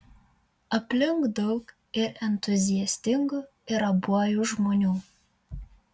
aplink daug ir entuziastingų ir abuojų žmonių